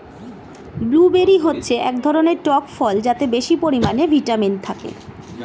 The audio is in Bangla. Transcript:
ব্লুবেরি হচ্ছে এক ধরনের টক ফল যাতে বেশি পরিমাণে ভিটামিন থাকে